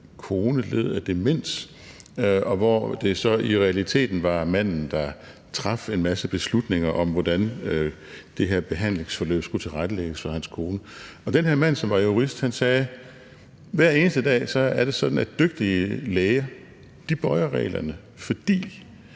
kone led af demens. Og det var i realiteten manden, der traf en masse beslutninger om, hvordan det her behandlingsforløb skulle tilrettelægges for hans kone. Den her mand, som var jurist, sagde: Hver eneste dag er det sådan, at dygtige læger bøjer reglerne, for